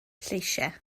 lleisiau